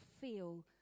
feel